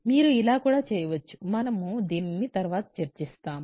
మీరు ఇలా కూడా చేయవచ్చు మనము దీనిని తరువాత చర్చిస్తాము